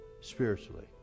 spiritually